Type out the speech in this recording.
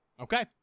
Okay